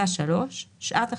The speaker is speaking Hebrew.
(3)שעת החצייה,